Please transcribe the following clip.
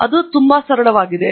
ಅದು ತುಂಬಾ ಸರಳವಾಗಿದೆ